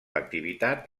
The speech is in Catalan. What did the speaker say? activitat